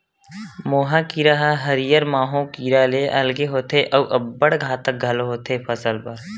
मोहा कीरा ह हरियर माहो कीरा ले अलगे होथे अउ अब्बड़ घातक घलोक होथे फसल बर